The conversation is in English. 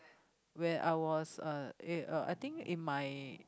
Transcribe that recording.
when I was uh eh uh I think in my